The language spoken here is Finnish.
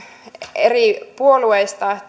eri puolueista